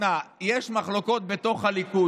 בהתאם לשיקול דעתו בכל מקרה לגופו.